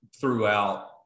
throughout